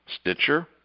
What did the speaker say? Stitcher